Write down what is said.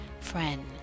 friend